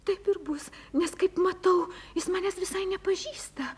taip ir bus nes kaip matau jis manęs visai nepažįsta